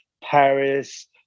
Paris